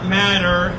matter